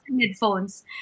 headphones